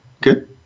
Good